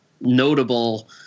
notable